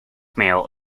mail